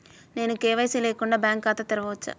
నేను కే.వై.సి లేకుండా బ్యాంక్ ఖాతాను తెరవవచ్చా?